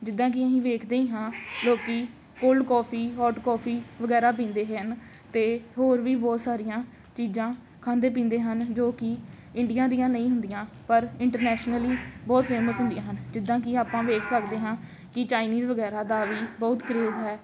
ਜਿੱਦਾਂ ਕਿ ਅਸੀਂ ਵੇਖਦੇ ਹਾਂ ਲੋਕ ਕੋਲਡ ਕੌਫੀ ਹੌਟ ਕੌਫੀ ਵਗੈਰਾ ਪੀਂਦੇ ਹਨ ਅਤੇ ਹੋਰ ਵੀ ਬਹੁਤ ਸਾਰੀਆਂ ਚੀਜ਼ਾਂ ਖਾਂਦੇ ਪੀਂਦੇ ਹਨ ਜੋ ਕਿ ਇੰਡੀਆ ਦੀਆਂ ਨਹੀਂ ਹੁੰਦੀਆਂ ਪਰ ਇੰਟਰਨੈਸ਼ਨਲੀ ਬਹੁਤ ਫੇਮਸ ਹੁੰਦੀਆਂ ਹਨ ਜਿੱਦਾਂ ਕਿ ਆਪਾਂ ਵੇਖ ਸਕਦੇ ਹਾਂ ਕਿ ਚਾਈਨੀਜ਼ ਵਗੈਰਾ ਦਾ ਵੀ ਬਹੁਤ ਕ੍ਰੇਜ਼ ਹੈ